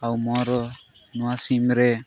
ଆଉ ମୋର ନୂଆ ସିମ୍ରେ